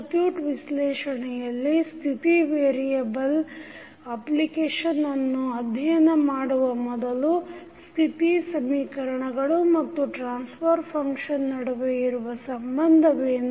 circuit ವಿಶ್ಲೇಷಣೆಯಲ್ಲಿ ಸ್ಥಿತಿ variable application ಅನ್ನು ಅಧ್ಯಯನ ಮಾಡುವ ಮೊದಲು ಸ್ಥಿತಿ ಸಮೀಕರಣಗಳು ಮತ್ತು ಟ್ರಾನ್ಸಫರ್ ಫಂಕ್ಷನ್ ನಡುವೆ ಇರುವ ಸಂಬಂಧವೇನು